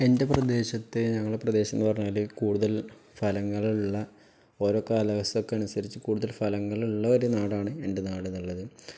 എൻ്റെ പ്രദേശത്ത് ഞങ്ങളുടെ പ്രദേശമെന്ന് പറഞ്ഞാല് കൂടുതൽ ഫലങ്ങളുള്ള ഓരോ കാലാവസ്ഥയ്ക്ക് അനുസരിച്ച് കൂടുതൽ ഫലങ്ങളുള്ള ഒരു നാടാണ് എൻ്റെ നാടെന്നുള്ളത്